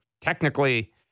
technically